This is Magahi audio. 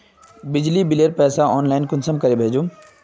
बिजली बिलेर पैसा ऑनलाइन कुंसम करे भेजुम?